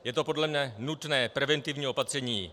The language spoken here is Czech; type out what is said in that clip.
Je to podle mne nutné preventivní opatření.